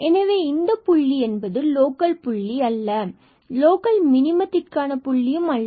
எனவே இந்த புள்ளி என்பது லோக்கல் புள்ளி அல்ல அல்லது லோக்கல் மினிமத்திற்கான புள்ளி அல்ல